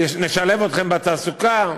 נשלב אתכם בתעסוקה.